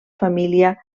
família